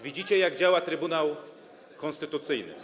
Widzicie, jak działa Trybunał Konstytucyjny.